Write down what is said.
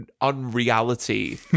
unreality